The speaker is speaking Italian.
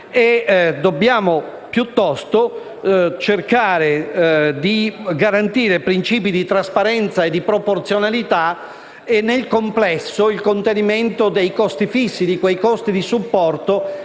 dobbiamo cercare di garantire principi di trasparenza, di proporzionalità e nel complesso il contenimento dei costi fissi, di quei costi di supporto